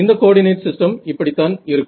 இந்த coordinate system இப்படித்தான் இருக்கும்